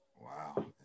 Wow